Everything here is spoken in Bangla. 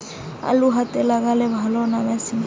আলু হাতে লাগালে ভালো না মেশিনে?